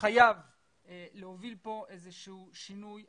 חייב להוביל פה איזה שהוא שינוי.